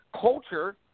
culture